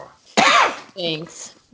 thanks